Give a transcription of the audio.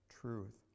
truth